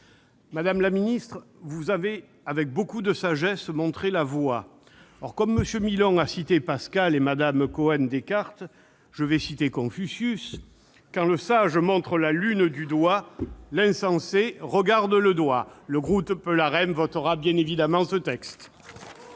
Madame la ministre, vous avez avec beaucoup de sagesse montré la voie. Puisque M. Milon a cité Pascal et Mme Cohen Descartes, j'évoquerai quant à moi Confucius : quand le sage montre la lune du doigt, l'insensé regarde le doigt. Le groupe La République En Marche votera bien évidemment ce texte.